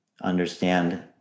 understand